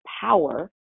power